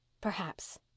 Perhaps